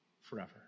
forever